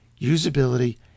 usability